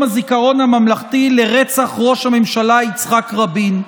הזיכרון הממלכתי לרצח ראש הממשלה יצחק רבין,